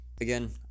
again